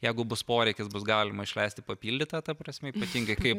jeigu bus poreikis bus galima išleisti papildytą ta prasme ypatingai kaip